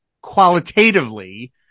qualitatively